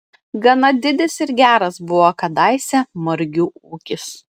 gana didis ir geras buvo kadaise margių ūkis